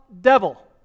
devil